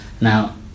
Now